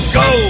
go